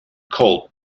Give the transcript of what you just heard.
colt